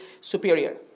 superior